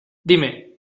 dime